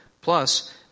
Plus